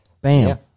Bam